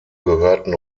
gehörten